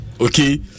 okay